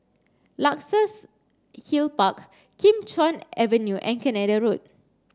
Luxus Hill Park Kim Chuan Avenue and Canada Road